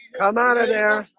come out of there